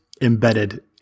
embedded